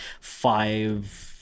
five